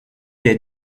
est